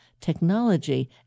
technology